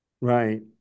right